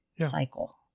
cycle